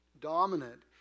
dominant